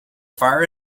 far